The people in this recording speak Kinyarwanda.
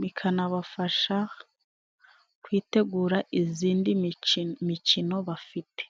Bikanabafashaga kwitegura izindi micino bafite.